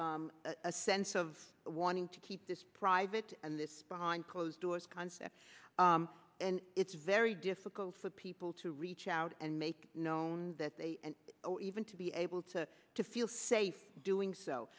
a sense of wanting to keep this private and this behind closed doors concept and it's very difficult for people to reach out and make known that they even to be able to to feel safe doing so